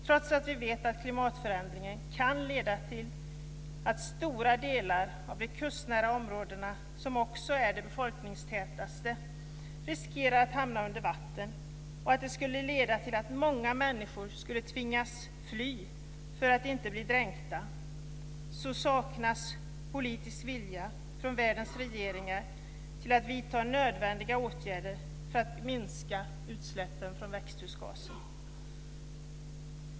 Trots att vi vet att klimatförändringen kan leda till att stora delar av de kustnära områdena, som också är de befolkningstätaste, riskerar att hamna under vatten och att det skulle leda till att många människor skulle tvingas fly för att inte bli dränkta, så saknas politisk vilja från världens regeringar att vidta nödvändiga åtgärder för att minska utsläppen av växthusgaser.